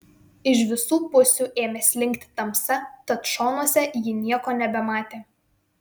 iš visų pusių ėmė slinkti tamsa tad šonuose ji nieko nebematė